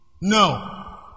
No